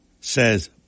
says